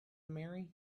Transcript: marry